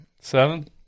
Seven